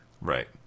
Right